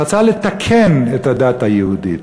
שרצה לתקן את הדת היהודית.